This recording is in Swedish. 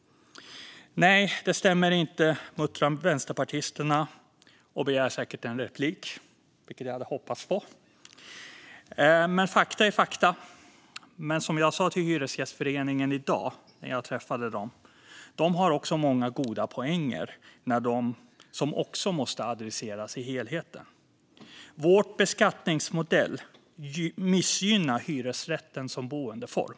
Nej, det stämmer inte, muttrar vänsterpartisterna och begär säkert replik, vilket jag hoppas på. Men fakta är fakta. Men jag sa till Hyresgästföreningen, som jag träffade i dag, att de också har många goda poänger som också måste adresseras i helheten. Vår beskattningsmodell missgynnar hyresrätten som boendeform.